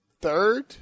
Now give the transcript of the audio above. third